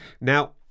now